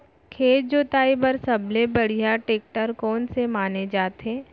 खेत जोताई बर सबले बढ़िया टेकटर कोन से माने जाथे?